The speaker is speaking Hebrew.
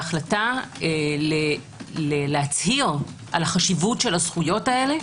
להחלטה להצהיר על חשיבות הזכויות האלה.